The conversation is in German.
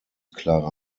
klare